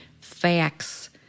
facts